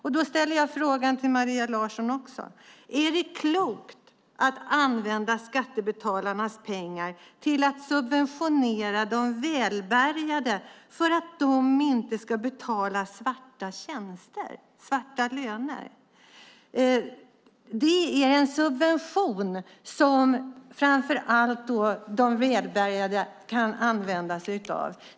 Jag vill ställa frågan till Maria Larsson: Är det klokt att använda skattebetalarnas pengar till att subventionera de välbärgade för att de inte ska betala svarta löner? Detta är ju en subvention som framför allt de välbärgade kan använda sig av.